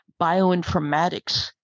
bioinformatics